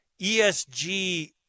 ESG